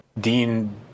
Dean